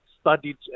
studied